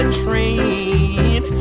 train